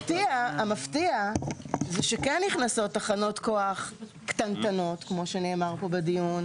המפתיע זה שכן נכנסות תחנות כוח "קטנטנות" כמו שנאמר פה בדיון.